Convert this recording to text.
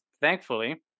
thankfully